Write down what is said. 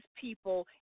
people